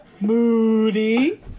moody